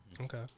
Okay